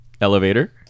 elevator